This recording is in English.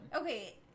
Okay